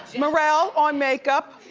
merrell, on makeup,